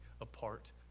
apart